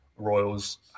Royals